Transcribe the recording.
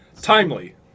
timely